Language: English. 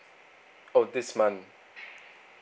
oh this month